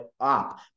up